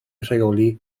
rheoli